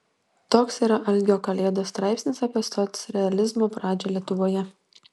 toks yra algio kalėdos straipsnis apie socrealizmo pradžią lietuvoje